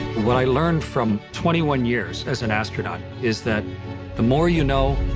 what i learned from twenty one years as an astronaut is that the more you know,